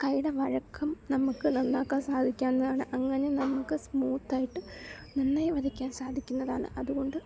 കൈയുടെ വഴക്കും നമ്മൾക്ക് നന്നാക്കാൻ സാധിക്കാവുന്ന അങ്ങനെ നമുക്ക് സ്മൂത്തായിട്ട് മുന്നേ വരയ്ക്കാൻ സാധിക്കുന്നതാണ് അതുകൊണ്ട്